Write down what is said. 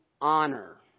honor